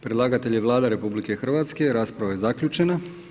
Predlagatelj je Vlada RH, rasprava je zaključena.